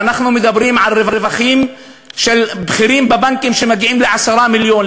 ואנחנו מדברים על רווחים של בכירים בבנקים שמגיעים ל-10 מיליון,